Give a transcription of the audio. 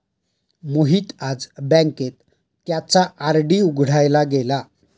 मोहित आज बँकेत त्याचा आर.डी उघडायला गेला